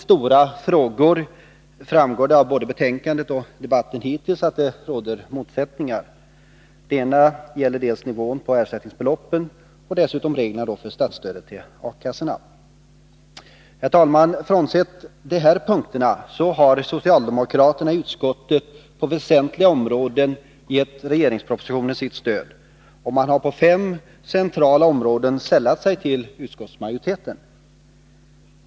Både av betänkandet och av debatten hittills framgår att motsättningar råder i två stora frågor. Det gäller dels nivån på ersättningsbeloppen, dels dessutom reglerna för statsstödet till A-kassorna. Herr talman! Frånsett de här punkterna har socialdemokraterna i utskottet på väsentliga områden givit regeringspropositionen sitt stöd och har på fem centrala områden sällat sig till utskottsmajoriteten.